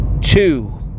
two